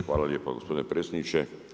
Hvala lijepa gospodine predsjedniče.